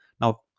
Now